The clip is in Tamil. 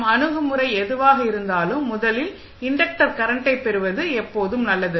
நம் அணுகுமுறை எதுவாக இருந்தாலும் முதலில் இன்டக்டர் கரண்டை பெறுவது எப்போதும் நல்லது